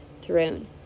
throne